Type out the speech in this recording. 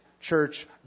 church